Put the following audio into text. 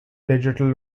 digital